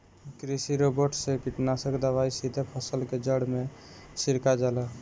कृषि रोबोट से कीटनाशक दवाई सीधे फसल के जड़ में छिड़का जाला